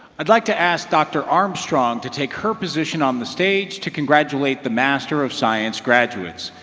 i'd like to ask dr. armstrong to take her position on the stage to congratulate the master of science graduates.